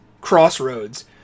crossroads